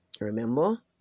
Remember